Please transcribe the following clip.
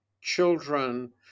children